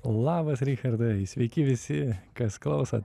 labas richardai sveiki visi kas klausot